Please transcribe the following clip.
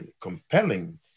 compelling